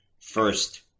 first